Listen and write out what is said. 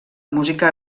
música